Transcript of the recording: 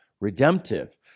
redemptive